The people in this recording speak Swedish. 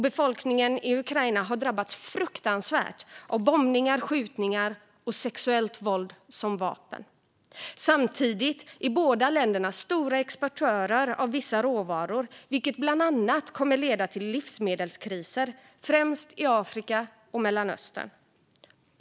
Befolkningen i Ukraina har drabbats fruktansvärt av bombningar, skjutningar och sexuellt våld som vapen. Samtidigt är båda länderna stora exportörer av vissa råvaror, vilket bland annat kommer att leda till livsmedelskriser i främst Afrika och Mellanöstern.